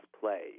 play